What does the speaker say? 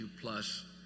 plus